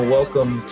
welcome